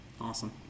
Awesome